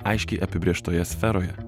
aiškiai apibrėžtoje sferoje